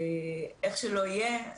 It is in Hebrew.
ואיך שלא יהיה,